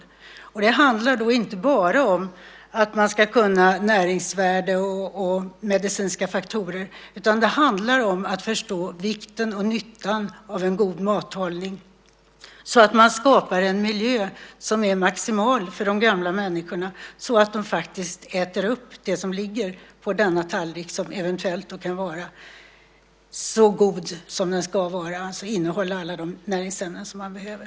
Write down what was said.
Det handlar inte bara om att man ska kunna näringsvärde och medicinska faktorer, utan det handlar om att förstå vikten och nyttan av en god mathållning. Det handlar om att skapa en miljö som är maximal för de gamla människorna så att de faktiskt äter upp det som ligger på tallriken och som eventuellt kan vara så gott som det ska vara och innehålla alla de näringsämnen som man behöver.